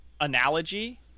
analogy